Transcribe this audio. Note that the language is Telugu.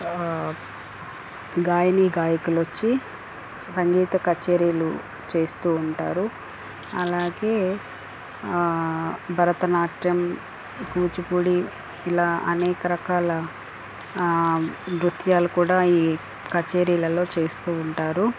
గాయనీ గాయకులు వచ్చి సంగీతా కచేరీలు చేస్తూ ఉంటారు అలాగే భరతనాట్యం కూచిపుడి ఇలా అనేక రకాల నృత్యాలు కూడా ఈ కచేరీలలో చేస్తూ ఉంటారు